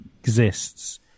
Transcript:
exists